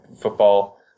football